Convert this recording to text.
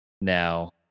now